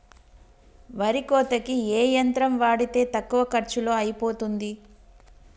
వరి కోతకి ఏ యంత్రం వాడితే తక్కువ ఖర్చులో అయిపోతుంది?